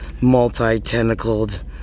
multi-tentacled